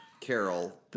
Carol